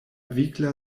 vigla